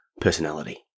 personality